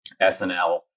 SNL